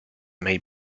may